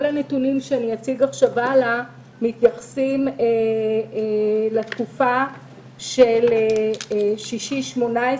כל הנתונים שאציג מעכשיו והלאה מתייחסים לתקופה של 6 בפברואר